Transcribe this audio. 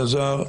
אלעזר,